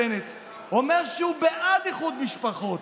יש לנו ראש ממשלה ביטחוני,